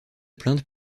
plainte